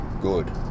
good